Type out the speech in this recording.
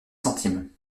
centimes